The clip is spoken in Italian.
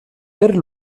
per